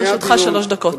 לרשותך שלוש דקות.